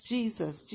Jesus